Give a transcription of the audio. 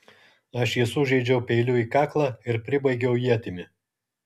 aš jį sužeidžiau peiliu į kaklą ir pribaigiau ietimi